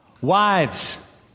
Wives